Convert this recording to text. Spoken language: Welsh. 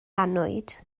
annwyd